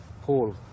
Paul